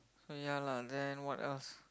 so yeah lah then what else